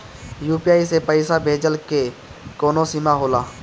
UPI से पईसा भेजल के कौनो सीमा होला?